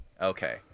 Okay